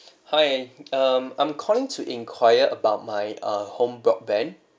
hi um I'm calling to inquire about my uh home broadband